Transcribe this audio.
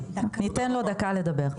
ניתן לו דקה לדבר.